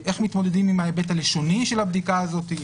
איך מתמודדים עם ההיבט הלשוני של הבדיקה הזאת?